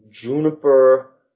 juniper